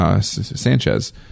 Sanchez